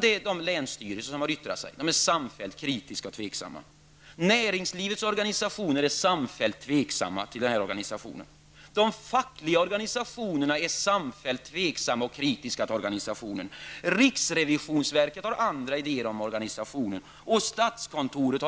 Det är länsstyrelserna som har yttrat sig, och de är samfällt kritiska och tveksamma. Näringslivets organisationer är samfällt tveksamma, och de fackliga organisationerna är samfällt tveksamma och kritiska till organisationen. Riksrevisionsverket har andra idéer om organisationen, och det har även statskontoret.